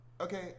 okay